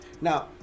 Now